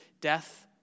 death